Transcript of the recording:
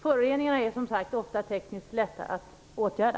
Föroreningarna är som sagt ofta tekniskt lätta att åtgärda.